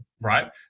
Right